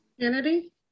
Kennedy